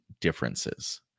differences